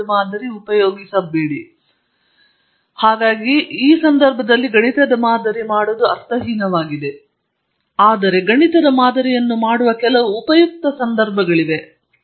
ಅದರ ಅರ್ಥಕ್ಕಾಗಿ ಗಣಿತದ ಮಾದರಿಯನ್ನು ಮಾಡುವುದು ಅರ್ಥಹೀನವಾದುದು ಆದರೆ ನೀವು ಅದನ್ನು ಮಾಡುವ ಕೆಲವು ಉಪಯುಕ್ತ ಸಂದರ್ಭಗಳಿವೆ